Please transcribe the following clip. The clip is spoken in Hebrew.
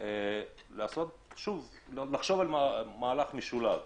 לחשוב על מהלך משולב.